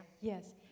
Yes